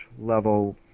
level